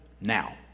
now